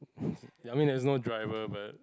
ya I mean there's no driver but